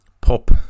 pop